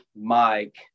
Mike